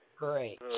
Great